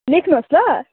लेख्नुहोस् ल